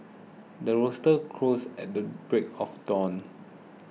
the rooster crows at the break of dawn